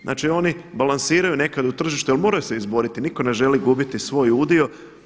Znači oni balansiraju nekada u tržište ali moraju se izboriti, nitko ne želi gubiti svoj udio.